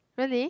really